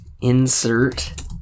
Insert